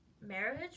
marriage